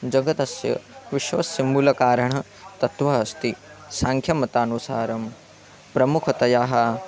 जगतस्य विश्वस्य मूलकारणतत्त्वः अस्ति साङ्ख्यमतानुसारं प्रमुखतयाः